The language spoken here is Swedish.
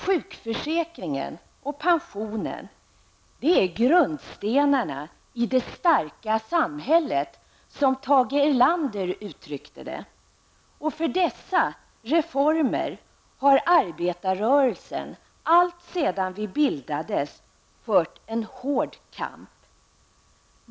Sjukförsäkringen och pensionen är grundstenarna i det starka samhället, som Tage Erlander uttryckte det. För dessa reformer har arbetarrörelsen alltsedan den bildades fört en hård kamp.